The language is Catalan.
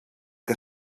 que